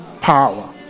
power